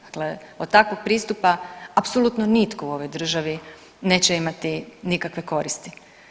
Dakle, od takvog pristupa apsolutno nitko u ovoj državi neće imati nikakve koristi.